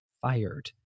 fired